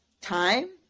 time